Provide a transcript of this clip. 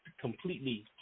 completely